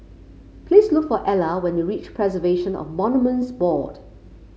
please look for Ela when you reach Preservation of Monuments Board